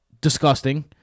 disgusting